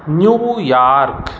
New York